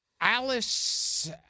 Alice